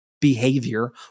behavior